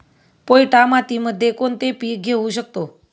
पोयटा मातीमध्ये कोणते पीक घेऊ शकतो?